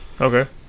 Okay